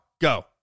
Go